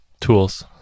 tools